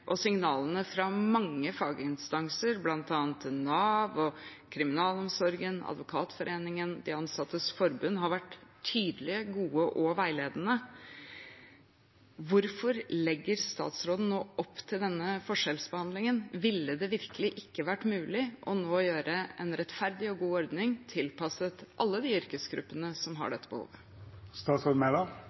og signalene fra mange faginstanser, bl.a. Nav, kriminalomsorgen, Advokatforeningen og de ansattes forbund, har vært tydelige, gode og veiledende, hvorfor legger statsråden nå opp til denne forskjellsbehandlingen? Ville det virkelig ikke vært mulig nå å lage en rettferdig og god ordning tilpasset alle de yrkesgruppene som har dette